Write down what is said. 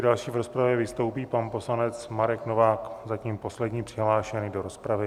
Další v rozpravě vystoupí pan poslanec Marek Novák, zatím poslední přihlášený do rozpravy.